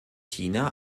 china